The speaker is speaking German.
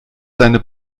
seine